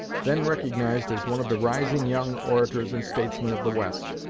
then recognized as one of the rising young orators and statesmen of the west,